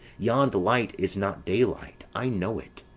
yond light is not daylight i know it,